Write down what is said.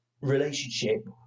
relationship